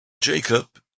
Jacob